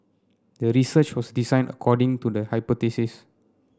the research was designed according to the hypothesis